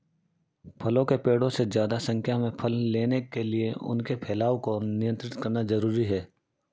फलों के पेड़ों से ज्यादा संख्या में फल लेने के लिए उनके फैलाव को नयन्त्रित करना जरुरी है